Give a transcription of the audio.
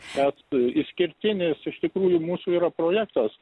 pats išskirtinis iš tikrųjų mūsų yra projektas